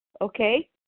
okay